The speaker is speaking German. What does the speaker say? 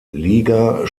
liga